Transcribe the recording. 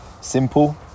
simple